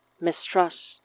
Mistrust